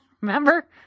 remember